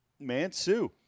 Mansu